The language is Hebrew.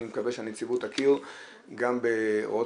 אני מקווה שהנציבות תכיר גם ברואות